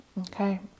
Okay